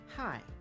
Hi